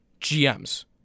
GMs